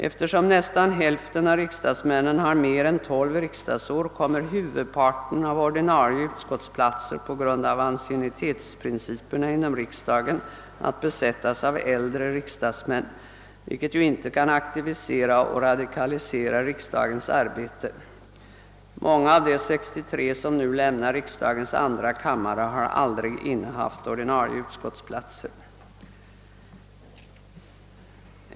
Eftersom nästan hälften av riksdagsmännen har mer än tolv riksdagsår, kommer huvudparten av de ordinarie utskottsplatserna på grund av anciennitetsprinciperna inom riksdagen att besättas av äldre riksdagsmän, vilket ju inte kan aktivisera och radikalisera riksdagens arbete. Många av de 63 som nu lämnar riksdagens andra kammare har aldrig innehaft ordinarie utskottsplatser.